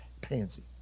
pansy